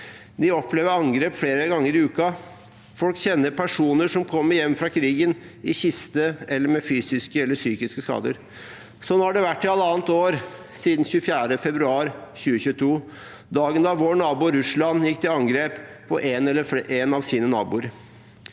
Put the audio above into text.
De opplever angrep flere ganger i uken. Folk kjenner personer som kommer hjem fra krigen, i kiste eller med fysiske eller psykiske skader. Sånn har det vært i halvannet år siden 24. februar 2022, dagen da vår nabo, Russland, gikk til angrep på en av sine naboer.